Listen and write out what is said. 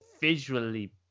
visually